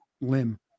limb